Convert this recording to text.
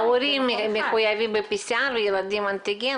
ההורים מחויבים ב-PCR וילדים אנטיגן,